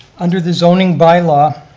under the zoning by-law,